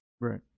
Right